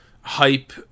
hype